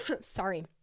sorry